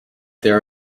there